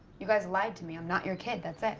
you guys lied to me. i'm not your kid. that's it.